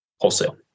wholesale